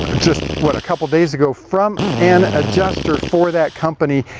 ah just, what, a couple days ago, from an adjuster for that company,